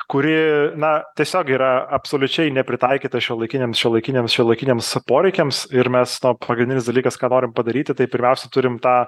kuri na tiesiog yra absoliučiai nepritaikyta šiuolaikiniams šiuolaikiniams šiuolaikiniams poreikiams ir mes to pagrindinis dalykas ką norim padaryti tai pirmiausia turim tą